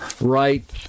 right